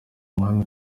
umwami